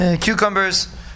Cucumbers